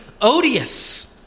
odious